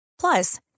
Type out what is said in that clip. Plus